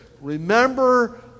Remember